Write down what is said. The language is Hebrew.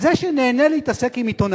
זה שנהנה להתעסק עם עיתונאים.